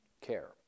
care